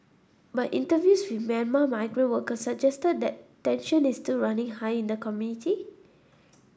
but interviews with Myanmar migrant workers suggested that tension is still running high in the community